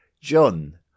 John